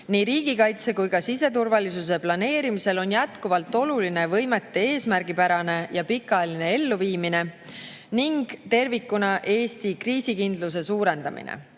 Nii riigikaitse kui ka siseturvalisuse planeerimisel on jätkuvalt oluline võimete eesmärgipärane ja pikaajaline elluviimine ning tervikuna Eesti kriisikindluse suurendamine.